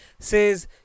says